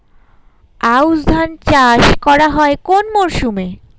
আউশ ধান চাষ করা হয় কোন মরশুমে?